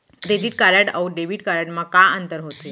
Credit card अऊ debit card मा का अंतर होथे?